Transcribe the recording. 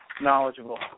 knowledgeable